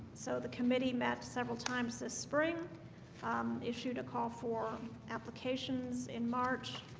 so the committee met several times this spring issued a call for applications in march